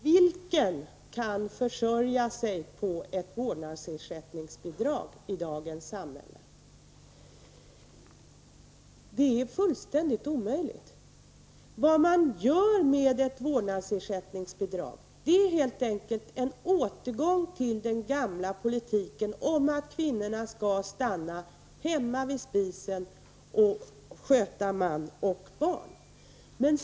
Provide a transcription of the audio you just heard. Herr talman! Vem kan försörja sig på ett vårdnadsersättningsbidrag i dagens samhälle? Det är fullständigt omöjligt. Ett vårdnadsersättningsbidrag innebär helt enkelt en återgång till den gamla politiken att kvinnorna skall stanna hemma vid spisen och sköta man och barn.